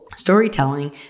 storytelling